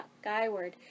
skyward